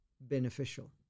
beneficial